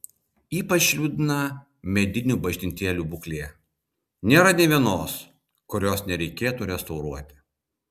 ypač liūdna medinių bažnytėlių būklė nėra nė vienos kurios nereikėtų restauruoti